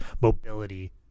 mobility